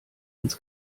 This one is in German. ins